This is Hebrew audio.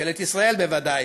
ממשלת ישראל בוודאי,